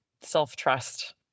self-trust